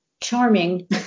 charming